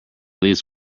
least